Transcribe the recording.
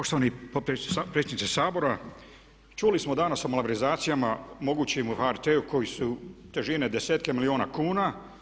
Poštovani predsjedniče Sabora, čuli smo danas o malverzacijama mogućim u HRT-u koji su težine desetke milijuna kuna.